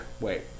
Wait